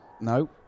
no